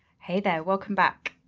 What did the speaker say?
hey there, welcome back.